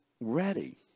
ready